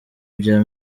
bya